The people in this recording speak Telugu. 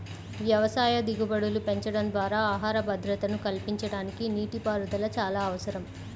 వ్యవసాయ దిగుబడులు పెంచడం ద్వారా ఆహార భద్రతను కల్పించడానికి నీటిపారుదల చాలా అవసరం